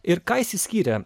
ir ką jis išskyrė